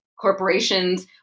corporations